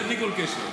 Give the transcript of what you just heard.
זה בלי כל קשר.